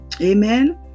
Amen